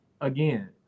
again